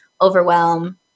overwhelm